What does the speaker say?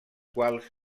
quals